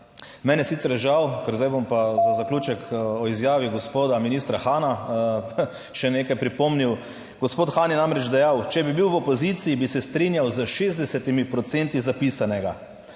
Meni je sicer žal, ker zdaj bom pa za zaključek o izjavi gospoda ministra Hana še nekaj pripomnil. Gospod Han je namreč dejal, če bi bil v opoziciji bi se strinjal s 60 procenti zapisanega.